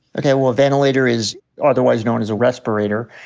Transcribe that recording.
okay, well, a ventilator is otherwise known as a respirator.